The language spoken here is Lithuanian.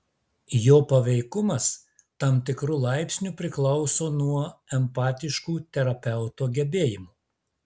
jo paveikumas tam tikru laipsniu priklauso nuo empatiškų terapeuto gebėjimų